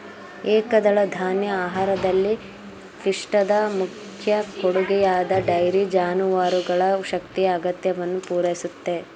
ಏಕದಳಧಾನ್ಯ ಆಹಾರದಲ್ಲಿ ಪಿಷ್ಟದ ಮುಖ್ಯ ಕೊಡುಗೆಯಾಗಿ ಡೈರಿ ಜಾನುವಾರುಗಳ ಶಕ್ತಿಯ ಅಗತ್ಯವನ್ನು ಪೂರೈಸುತ್ತೆ